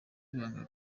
ibanga